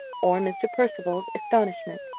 or mr. percival's astonishment.